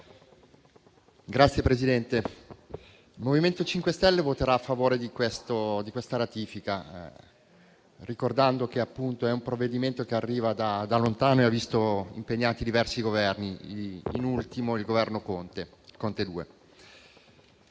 Signor Presidente, il Movimento 5 Stelle voterà a favore della ratifica, ricordando che questo provvedimento arriva da lontano e ha visto impegnati diversi Governi, da ultimo il Governo Conte 2.